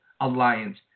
alliance